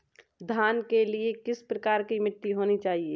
धान के लिए किस प्रकार की मिट्टी होनी चाहिए?